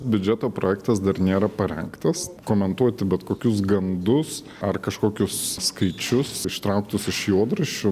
biudžeto projektas dar nėra parengtas komentuoti bet kokius gandus ar kažkokius skaičius ištrauktus iš juodraščio